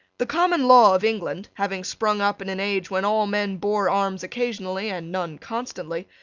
the common law of england, having sprung up in an age when all men bore arms occasionally and none constantly,